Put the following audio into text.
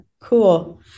Cool